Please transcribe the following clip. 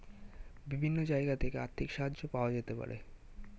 বিভিন্ন জায়গা থেকে আর্থিক সাহায্য পাওয়া যেতে পারে